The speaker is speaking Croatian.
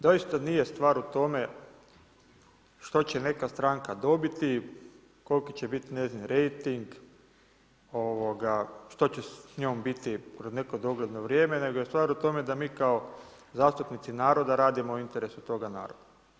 Doista nije stvar u tome što će neka stranka dobiti, koliki će biti njezin rejting, što će s njom biti kroz neko dogledno vrijeme nego je stvar u tome da mi kao zastupnici naroda radimo u interesu toga naroda.